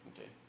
Okay